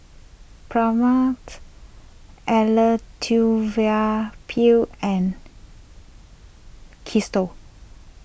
Pranav's Elattuvalapil and Kee store